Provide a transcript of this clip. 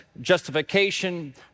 justification